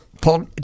Paul